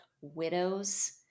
widows